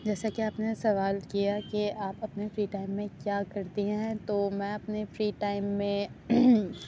جیسا کہ آپ نے سوال کیا کہ آپ اپنے فری ٹائم میں کیا کرتی ہیں تو میں اپنے فری ٹائم میں